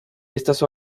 estas